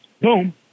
boom